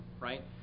right